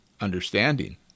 understanding